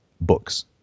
books